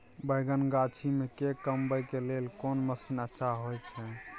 बैंगन गाछी में के कमबै के लेल कोन मसीन अच्छा होय छै?